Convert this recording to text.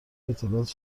اطلاعات